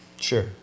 Sure